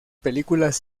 películas